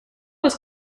was